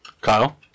Kyle